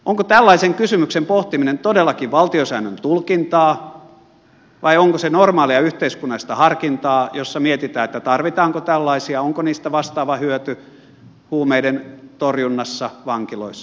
onko tällaisen kysymyksen pohtiminen todellakin valtiosäännön tulkintaa vai onko se normaalia yhteiskunnallista harkintaa jossa mietitään tarvitaanko tällaisia onko niistä vastaava hyöty huumeiden torjunnassa vankiloissa